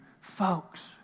folks